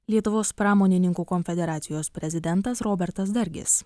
lietuvos pramonininkų konfederacijos prezidentas robertas dargis